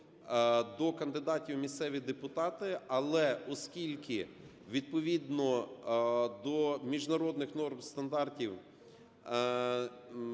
до кандидатів у місцеві депутати. Але оскільки відповідно до міжнародних норм стандартів